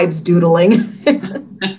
doodling